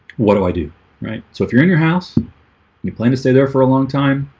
what do i do right so if you're in your house you plan to stay there for a long time